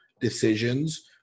decisions